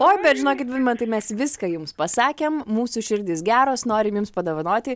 oi bet žinokit vidmantai mes viską jums pasakėm mūsų širdys geros norim jums padovanoti